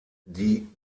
die